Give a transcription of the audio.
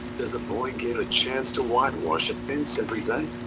does a boy get a chance to whitewash. a fence every day.